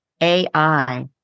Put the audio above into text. AI